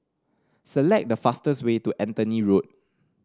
select the fastest way to Anthony Road